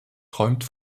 träumt